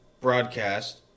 broadcast